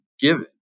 given